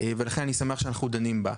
ישראל ולכן אני שמח שאנחנו דנים בה.